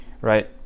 right